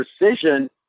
precision